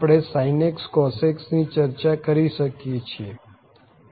આપણે sin x cos x ની ચર્ચા કરી શકીએ છીએ